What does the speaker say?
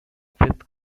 fifth